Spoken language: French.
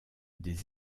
des